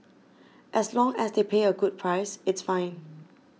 as long as they pay a good price it's fine